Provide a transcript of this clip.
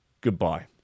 Goodbye